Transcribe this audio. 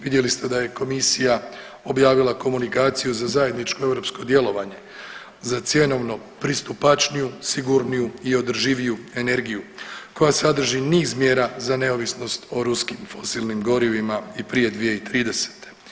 Vidjeli ste da je komisija objavila komunikaciju za zajedničko europsko djelovanje za cjenovno pristupačniju, sigurniju i održiviju energiju koja sadrži niz mjera za neovisnost o ruskim fosilnim govorima i prije 2030.